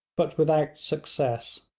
but without success.